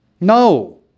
No